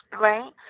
Right